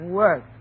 work